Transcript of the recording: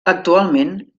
actualment